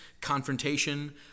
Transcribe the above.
confrontation